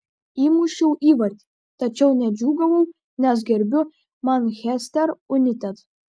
įmušiau įvartį tačiau nedžiūgavau nes gerbiu manchester united